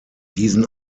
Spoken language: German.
diesen